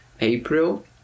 April